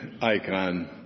icon